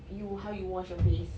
you how you wash your face